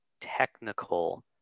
technical